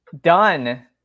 done